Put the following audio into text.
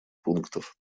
пунктов